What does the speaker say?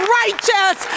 righteous